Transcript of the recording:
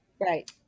Right